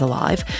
Alive